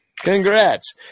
Congrats